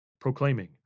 proclaiming